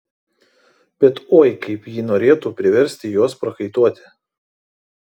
bet oi kaip ji norėtų priversti juos prakaituoti